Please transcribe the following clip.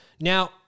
Now